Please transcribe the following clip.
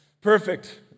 perfect